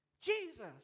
Jesus